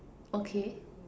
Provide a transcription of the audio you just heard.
okay